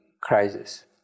crisis